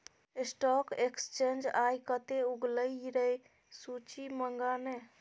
stock exchange आय कते उगलै रै सूची मंगा ने